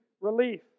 relief